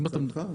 לצרכן.